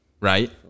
right